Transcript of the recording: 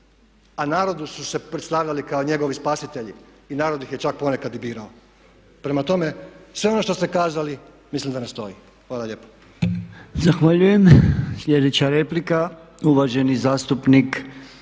A narodu su se predstavljali kao njegovi spasitelji i narod ih je čak ponekad i birao. Prema tome, sve ono što ste kazali mislim da ne stoji. Hvala lijepo.